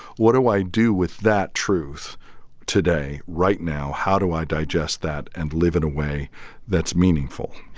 what do i do with that truth today right now? how do i digest that and live in a way that's meaningful?